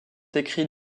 écrit